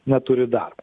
neturi dar